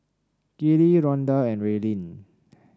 Kiley Ronda and Raelynn